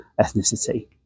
ethnicity